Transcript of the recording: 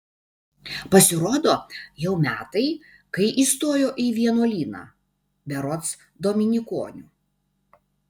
pasirodo jau metai kai įstojo į vienuolyną berods dominikonių